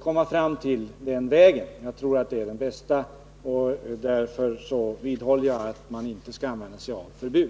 komma fram till genom den. Jag tror att den vägen är den bästa, och därför vidhåller jag att man inte bör använda sig av förbud.